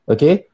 Okay